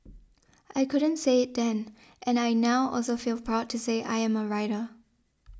I couldn't say then and I now also feel proud to say I am a writer